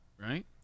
Right